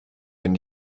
wenn